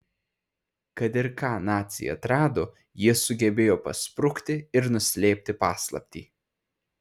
kad ir ką naciai atrado jie sugebėjo pasprukti ir nuslėpti paslaptį